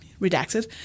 redacted